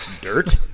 dirt